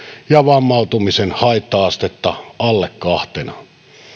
ja vammautumisen haitta astetta alle kahtena